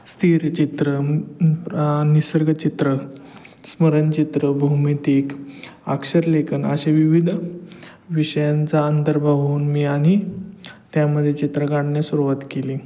स्थिर चित्र निसर्ग चित्र स्मरणचित्र भूमीतीक अक्षरलेखन अशा विविध विषयांचा अंतर्भाव होऊन मी आणि त्यामध्ये चित्र काढण्यास सुरुवात केली